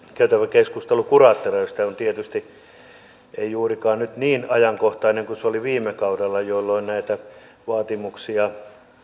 keskustelu kuraattoreista ei tietysti ole juurikaan nyt niin ajankohtainen kuin se oli viime kaudella jolloin näitä vaatimuksia